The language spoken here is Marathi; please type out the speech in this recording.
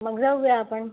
मग जाऊया आपण